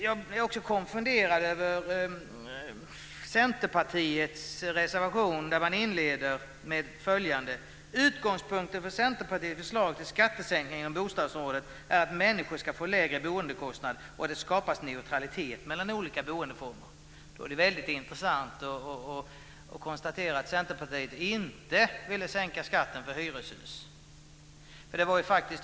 Jag blir också konfunderad över den Centerpartireservation som inleds så här: "Utgångspunkten för Centerpartiets förslag till skattesänkningar inom bostadsområdet är att människor skall få lägre boendekostnader och att det skapas neutralitet mellan olika boendeformer." Då är det väldigt intressant att konstatera att Centerpartiet inte ville sänka skatten för hyreshus.